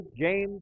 James